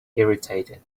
irritated